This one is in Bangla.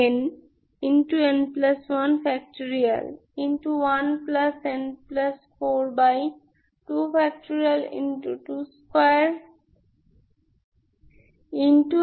1n42